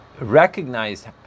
recognize